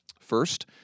First